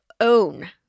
own